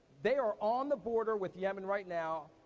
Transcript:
they are on the border with yemen right now,